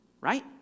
right